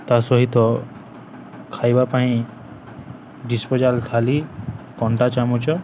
ତା ସହିତ ଖାଇବା ପାଇଁ ଡିସ୍ପୋଜାଲ୍ ଥାଳି କଣ୍ଟା ଚାମଚ